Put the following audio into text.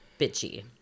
bitchy